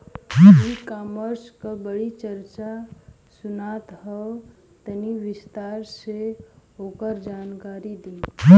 ई कॉमर्स क बड़ी चर्चा सुनात ह तनि विस्तार से ओकर जानकारी दी?